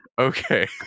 Okay